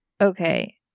Okay